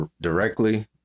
directly